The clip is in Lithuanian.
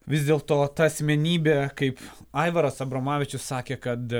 vis dėl to ta asmenybė kaip aivaras abromavičius sakė kad